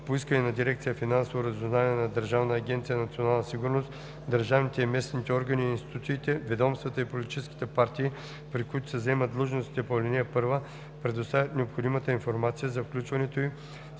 По искане на дирекция „Финансово разузнаване“ на Държавна агенция „Национална сигурност“, държавните и местните органи и институциите, ведомствата и политическите партии, при които се заемат длъжностите по ал. 1, предоставят необходимата информация за включването й в списъка по